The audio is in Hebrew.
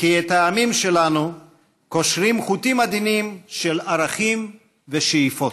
שאת העמים שלנו קושרים חוטים עדינים של ערכים ושאיפות.